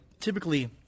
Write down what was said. typically